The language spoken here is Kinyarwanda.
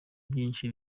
byinshi